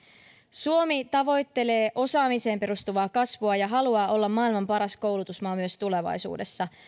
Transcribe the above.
suomi tavoittelee osaamiseen perustuvaa kasvua ja haluaa olla maailman paras koulutusmaa myös tulevaisuudessa